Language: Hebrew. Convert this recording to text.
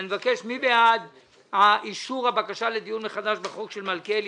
מי בעד אישור הבקשה לדיון מחדש בחוק של מלכיאלי?